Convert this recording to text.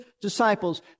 disciples